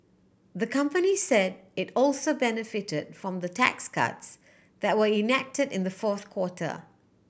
the company said it also benefited from the tax cuts that were enacted in the fourth quarter